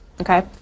Okay